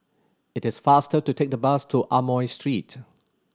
it is faster to take the bus to Amoy Street